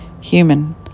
human